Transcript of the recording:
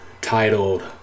titled